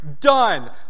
done